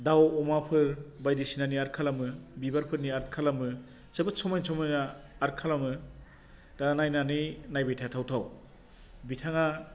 दाउ अमाफोर बायदिसिनानि आर्ट खालामो बिबारफोरनि आर्ट खालामो जोबोद समान समायना आर्ट खालामो दा नायनानै नायबाय थाथाव थाव बिथाङा